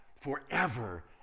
forever